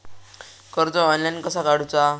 कर्ज ऑनलाइन कसा काडूचा?